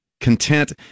content